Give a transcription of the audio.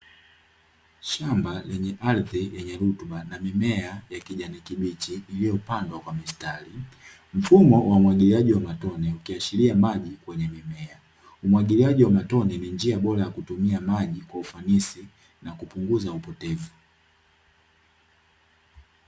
Shamba lenye ardhi yenye rutuba na mimea ya kijani kibichi iliyopandwa kwa mistari, mfumo wa umwagiliaji wa matone ukiashiria maji kwenye mimea. Umwagiliaji wa matone ni njia bora ya kutumia maji kwa ufanisi na kupunguza upotevu.